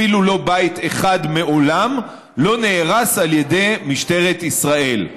אפילו לא בית אחד מעולם לא נהרס על ידי משטרת ישראל.